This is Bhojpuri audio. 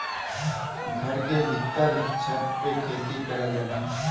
घर के भीत्तर छत पे खेती करल जाला